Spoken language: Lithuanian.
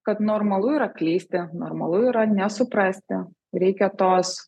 kad normalu yra klysti normalu yra nesuprasti reikia tos